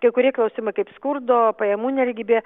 kai kurie klausimai kaip skurdo pajamų nelygybė